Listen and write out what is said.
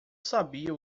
sabia